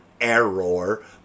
error